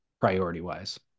priority-wise